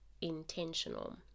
intentional